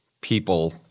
people